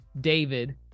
David